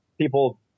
People